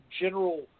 general